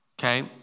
Okay